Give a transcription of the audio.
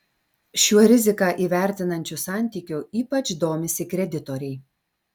šiuo riziką įvertinančiu santykiu ypač domisi kreditoriai